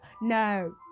no